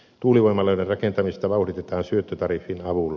tuulivoimaloiden rakentamista vauhditetaan syöttötariffin avulla